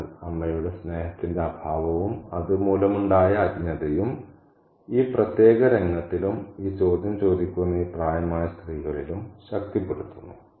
അതിനാൽ അമ്മയുടെ സ്നേഹത്തിന്റെ അഭാവവും അത് മൂലമുണ്ടായ അജ്ഞതയും ഈ പ്രത്യേക രംഗത്തിലും ഈ ചോദ്യം ചോദിക്കുന്ന ഈ പ്രായമായ സ്ത്രീകളിലും ശക്തിപ്പെടുത്തുന്നു